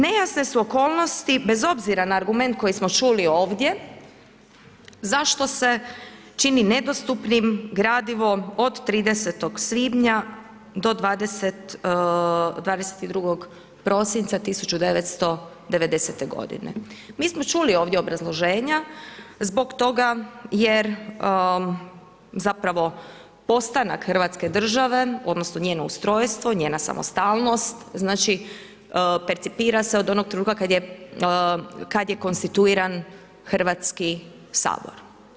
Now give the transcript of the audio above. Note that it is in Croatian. Nejasne su okolnosti, bez obzira na argument koji smo čuli ovdje zašto se čini nedostupnim gradivo od 30.5.-22.12.1990. g. Mi smo čuli ovdje obrazloženja, zbog toga jer , zapravo postanak Hrvatske države, odnosno, njeno ustrojstvo, njena samostalnost, znači, percipira se od onog trenutka, kada je konstituiran Hrvatski sabor.